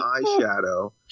eyeshadow